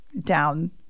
down